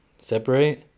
separate